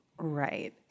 Right